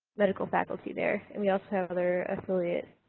medical faculty there and we also have other affiliate